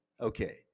Okay